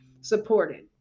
supported